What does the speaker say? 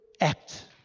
act